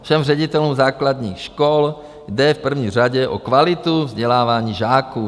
Všem ředitelům základních škol jde v první řadě o kvalitu vzdělávání žáků.